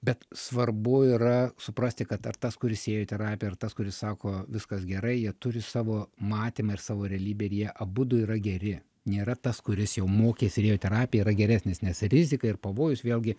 bet svarbu yra suprasti kad ar tas kuris ėjo į terapiją ar tas kuris sako viskas gerai jie turi savo matymą ir savo realybę ir jie abudu yra geri nėra tas kuris jau mokėsi ir ėjo į terapiją yra geresnis nes rizika ir pavojus vėlgi